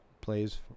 plays